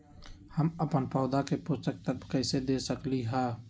हम अपन पौधा के पोषक तत्व कैसे दे सकली ह?